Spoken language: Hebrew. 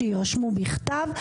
שיירשמו בכתב,